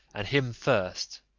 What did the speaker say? and him first.